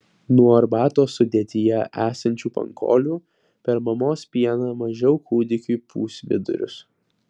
nuo arbatos sudėtyje esančių pankolių per mamos pieną mažiau kūdikiui pūs vidurius